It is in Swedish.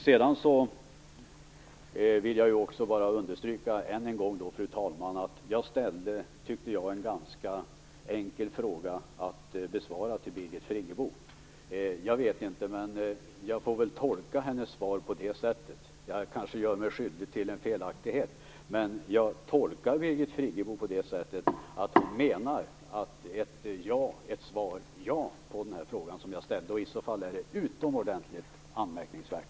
Jag vill än en gång understryka, fru talman, att jag ställde en fråga till Birgit Friggebo som är ganska enkel att besvara. Jag vet inte om jag gör mig skyldig till en felaktighet, men jag får väl tolka hennes svar på min fråga som ett ja. I så fall är det utomordentligt anmärkningsvärt.